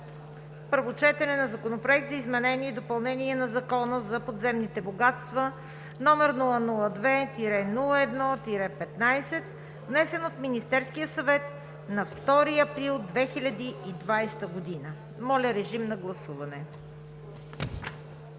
първо четене Законопроект за изменение и допълнение на Закона за подземните богатства, № 002-01-15, внесен от Министерския съвет на 2 април 2020 г. (Голяма част